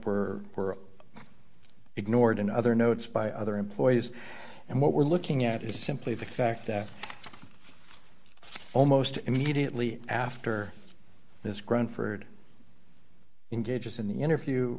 for were ignored in other notes by other employees and what we're looking at is simply the fact that almost immediately after this grown for in gauges in the interview